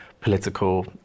political